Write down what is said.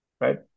right